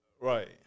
Right